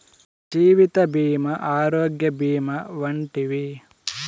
జీవిత భీమా ఆరోగ్య భీమా వంటివి